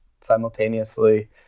simultaneously